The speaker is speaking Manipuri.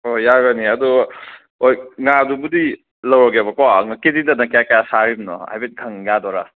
ꯍꯣꯏ ꯌꯥꯒꯅꯤ ꯑꯗꯣ ꯍꯣꯏ ꯉꯥꯗꯨꯕꯨꯗꯤ ꯂꯧꯔꯒꯦꯕꯀꯣ ꯀꯦꯖꯤꯗꯅ ꯀꯌꯥ ꯀꯌꯥ ꯁꯥꯔꯤꯅꯣ ꯍꯥꯏꯐꯦꯠ ꯈꯪ ꯌꯥꯗꯣꯏꯔꯥ